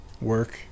Work